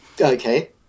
Okay